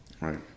Right